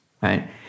right